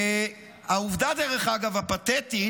דרך אגב, העובדה הפתטית,